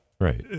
Right